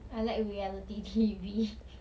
I like reality T_V